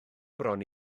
bron